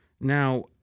Now